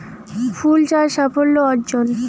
ফুল চাষ সাফল্য অর্জন?